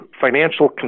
financial